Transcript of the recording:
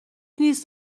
نیست